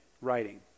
writing